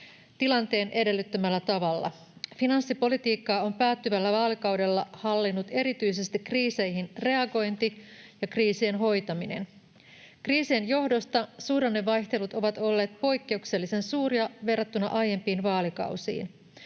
suhdannetilanteen edellyttämällä tavalla. Finanssipolitiikkaa on päättyvällä vaalikaudella hallinnut erityisesti kriiseihin reagointi ja kriisien hoitaminen. Kriisien johdosta suhdannevaihtelut ovat olleet poikkeuksellisen suuria verrattuna aiempiin vaalikausiin,